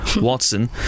Watson